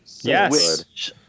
Yes